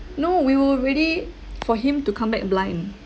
no we were ready for him to come back blind